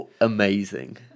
amazing